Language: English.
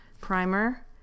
primer